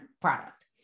product